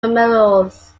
fumaroles